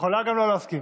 אני חייבת להסכים?